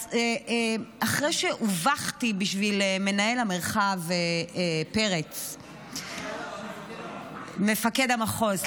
אז אחרי שהובכתי בשביל מנהל המרחב פרץ --- מפקד המחוז.